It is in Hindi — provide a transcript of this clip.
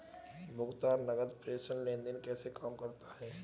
भुगतान नकद प्रेषण लेनदेन कैसे काम करता है?